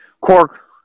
Cork